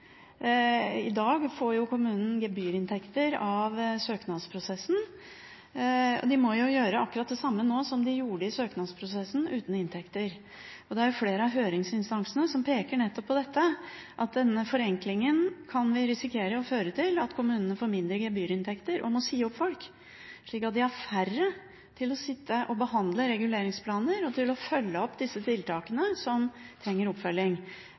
I dag får kommunen gebyrinntekter av søknadsprosessen, og de må gjøre akkurat det samme nå som de gjorde i søknadsprosessen, men uten inntekter. Det er flere av høringsinstansene som peker på nettopp dette, at denne forenklingen kan føre til at kommunene får mindre gebyrinntekter og må si opp folk, slik at de har færre til å behandle reguleringsplaner og til å følge opp disse tiltakene som trenger oppfølging.